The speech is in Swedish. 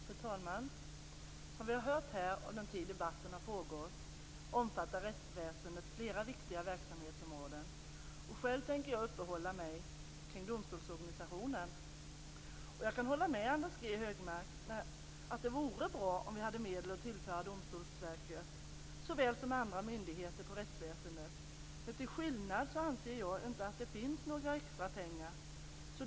Fru talman! Som vi har hört här i debatten omfattar rättsväsendet flera viktiga verksamhetsområden. Själv tänker jag uppehålla mig kring domstolsorganisationen. Jag kan hålla med Anders G Högmark att det vore bra om vi hade medel att tillföra Domstolsverket såväl som andra myndigheter inom rättsväsendet. Men jag anser inte att det finns några extra pengar.